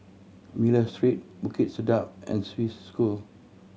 Miller Street Bukit Sedap and Swiss School